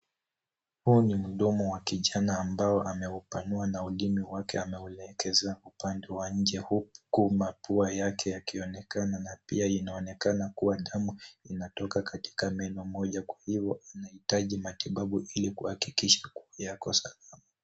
Huu ni mdomo wa kijana ambao ameupanua na ulimi wake ameuelekeza upande wa nje huku mapua yake yakionekana na pia inaonekana kuwa damu inatoka katika meno moja kwa hivyo anahitaji matibabu ili kuhakikisha kuwa yako salama.